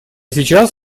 сейчас